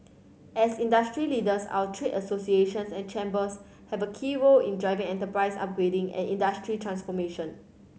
as industry leaders our trade associations and chambers have a key role in driving enterprise upgrading and industry transformation